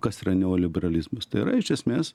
kas yra neoliberalizmas tai yra iš esmės